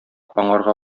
аңарга